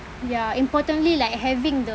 ya importantly like having the